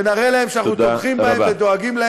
תודה רבה.